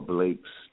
Blake's